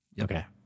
okay